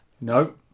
No